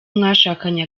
mwashakanye